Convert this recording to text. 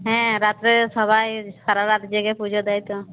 হ্যাঁ রাত্রে সবাই সারা রাত জেগে পুজো দেয় তো